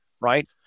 right